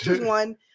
one